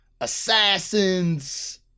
assassins